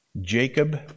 Jacob